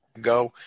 go